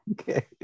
okay